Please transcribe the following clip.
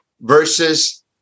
versus